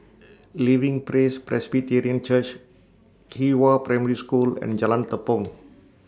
Living Praise Presbyterian Church Qihua Primary School and Jalan Tepong